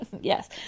yes